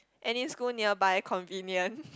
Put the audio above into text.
any school nearby convenient